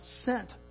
sent